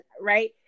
right